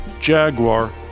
Jaguar